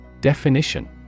Definition